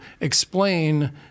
explain